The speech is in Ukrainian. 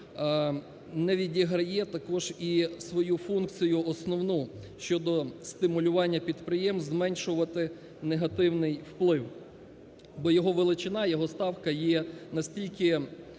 не відіграє також і свою функцію основну щодо стимулювання підприємств зменшувати негативний вплив, бо його величина, його ставка є настільки